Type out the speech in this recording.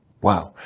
Wow